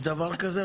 יש דבר כזה?